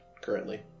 currently